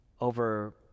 over